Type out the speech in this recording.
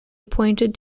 appointed